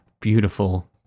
beautiful